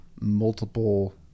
multiple